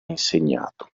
insegnato